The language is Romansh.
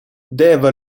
deva